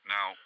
Now